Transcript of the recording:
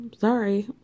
sorry